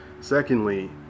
Secondly